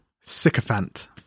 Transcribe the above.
Sycophant